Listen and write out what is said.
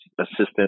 assistant